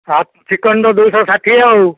ହଁ ଚିକେନ୍ ତ ଦୁଇଶହ ଷାଠିଏ ଆଉ